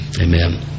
Amen